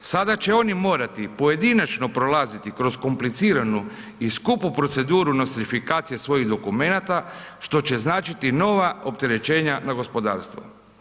Sada će oni morati pojedinačno prolaziti kroz kompliciranu i skupu proceduru nostrifikacije svojih dokumenata što će značiti nova opterećenja na gospodarstvo.